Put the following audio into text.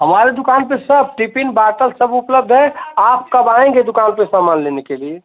हमारे दुकान पर सब टिफिन बॉटल सब उपलब्ध है आप कब आएंगे दुकान पर समान लेने के लिए